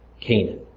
Canaan